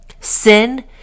sin